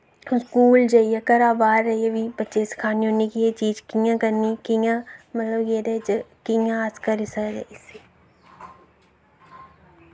school जाइयै घरा बाह्र जाइयै बी सखान्नी होन्नी कि एह् चीज कि'यां करनी कि'यां मतलब कि एह्दे च कि'यां अस करी सकदे